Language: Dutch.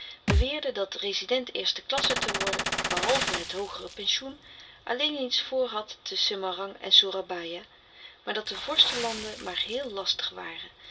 beweerde dat rezident eerste klasse te worden behalve het hoogere pensioen alleen iets voor had te semarang en soerabaia maar dat de vorstenlanden maar heel lastig waren